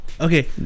okay